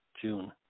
June